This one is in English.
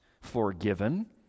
forgiven